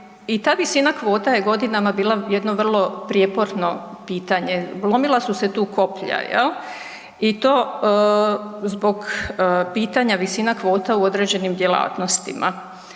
i ta visina kvota je godinama bila jedno vrlo prijeporno pitanje, lomila su se tu koplja, jel', i to zbog pitanja visina kvota u određenim djelatnostima.